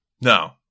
No